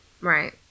Right